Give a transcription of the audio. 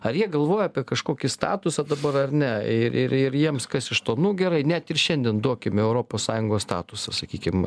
ar jie galvoja apie kažkokį statusą dabar ar ne ir ir ir jiems kas iš to nu gerai net ir šiandien duokim europos sąjungos statusą sakykim